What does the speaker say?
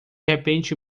repente